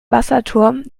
wasserturm